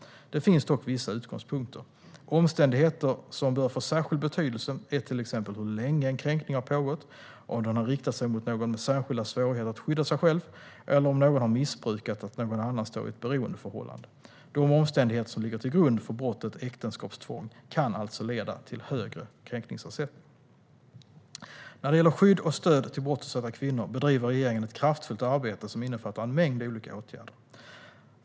Det finns dock vissa utgångspunkter. Omständigheter som bör få särskild betydelse är till exempel hur länge en kränkning har pågått, om den har riktat sig mot någon med särskilda svårigheter att skydda sig själv eller om någon har missbrukat att någon annan står i ett beroendeförhållande. De omständigheter som ligger till grund för brottet äktenskapstvång kan alltså leda till högre kränkningsersättning. När det gäller skydd och stöd till brottsutsatta kvinnor bedriver regeringen ett kraftfullt arbete som innefattar en mängd olika åtgärder.